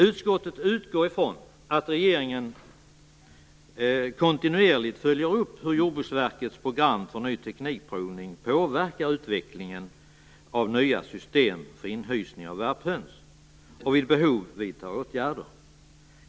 Utskottet utgår ifrån att regeringen kontinuerligt följer upp hur Jordbruksverkets program för provning av ny teknik påverkar utvecklingen av nya system för inhysning av värphöns och vid behov vidtar åtgärder.